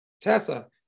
Tessa